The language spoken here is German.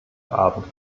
abend